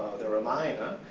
the ramayana,